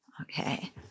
Okay